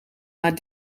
maar